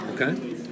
Okay